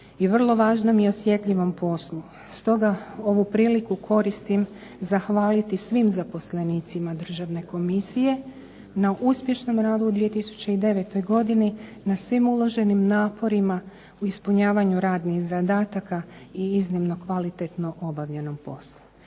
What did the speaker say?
i vrlo važnom i osjetljivom poslu, stoga ovu priliku koristim zahvaliti svim zaposlenicima državne komisije na uspješnom radu u 2009. godini, na svim uloženim naporima, u ispunjavanju radnih zadataka i iznimno kvalitetno obavljenom poslu.